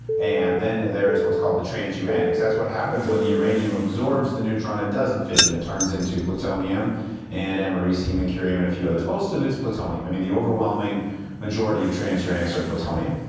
and then, there is what's called the transuranics. that's what happens when the uranium absorbs the neutron and doesn't fission. it turns into plutonium and americium and curium and a few others. most of its plutonium. i mean, the overwhelming majority of transuranics are plutonium.